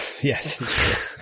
Yes